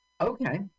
Okay